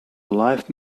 life